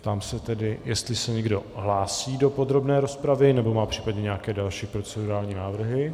Ptám se tedy, jestli se někdo hlásí do podrobné rozpravy nebo má případně nějaké další procedurální návrhy.